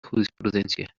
jurisprudencia